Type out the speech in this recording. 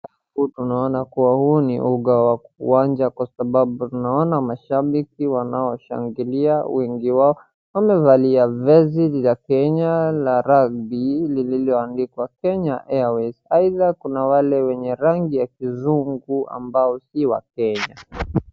Hapa tunaona kuwa huu ni uga wa uwanja kwa sababu tunaona mashabiki wanaoshangilia wengi wao wamevalia vazi la kenya la rugby lilioandikwa Kenya Airways. Either kuna wale wenye rangi ya kizungu ambao si wakenya.